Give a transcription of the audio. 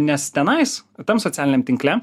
nes tenais tam socialiniam tinkle